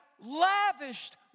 lavished